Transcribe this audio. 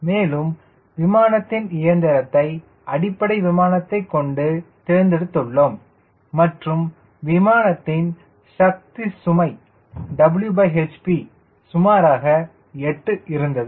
மேலும் விமானத்தின் இயந்திரத்தைத் அடிப்படை விமானத்தை கொண்டு தேர்ந்தெடுத்துள்ளோம் மற்றும் விமானத்தின் சக்தி சுமை Whp சுமாராக 8 இருந்தது